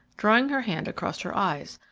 drawing her hand across her eyes.